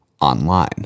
online